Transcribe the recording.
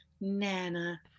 Nana